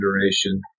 duration